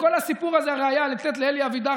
כל הסיפור הזה הרי היה לתת לאלי אבידר